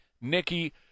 Nikki